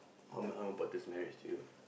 how how about this marriage to you